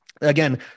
again